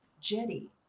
Jetty